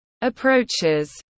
approaches